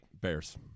Bears